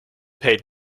paid